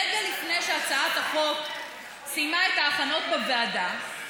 רגע לפני שהצעת החוק סיימה את ההכנות בוועדה?